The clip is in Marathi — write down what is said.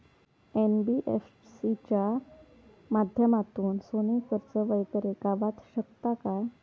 एन.बी.एफ.सी च्या माध्यमातून सोने कर्ज वगैरे गावात शकता काय?